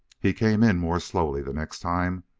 he came in more slowly the next time.